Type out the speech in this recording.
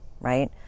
right